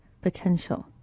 potential